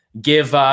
give